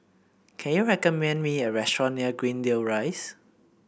can you recommend me a restaurant near Greendale Rise